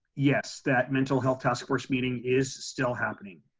yes, that mental health task force meeting is still happening.